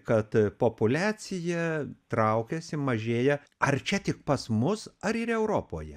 kad populiacija traukiasi mažėja ar čia tik pas mus ar ir europoje